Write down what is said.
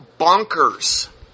bonkers